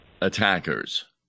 attackers